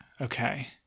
Okay